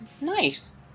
Nice